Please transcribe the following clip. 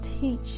teach